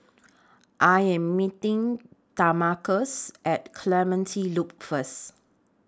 I Am meeting Demarcus At Clementi Loop First